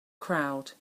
crowd